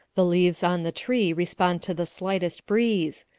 the leaves on the tree respond to the slightest breeze.